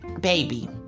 Baby